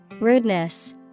rudeness